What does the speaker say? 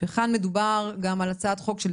וכאן מדובר גם על הצעת חוק של